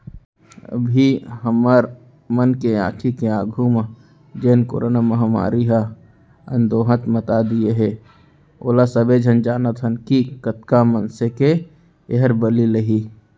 अभी हमर मन के आंखी के आघू म जेन करोना महामारी ह अंदोहल मता दिये हे ओला सबे झन जानत हन कि कतका मनसे के एहर बली लेही